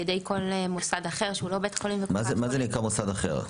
על ידי כל מוסד אחר שהוא לא בית חולים --- מה זה "מוסד אחר"?